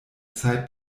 zeit